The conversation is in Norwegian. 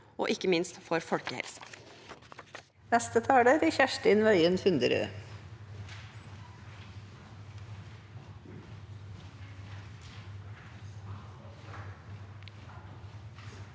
og ikke minst for folkehelsen.